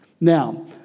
Now